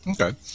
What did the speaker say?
Okay